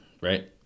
Right